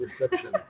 reception